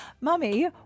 Mummy